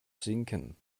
sinken